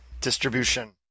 distribution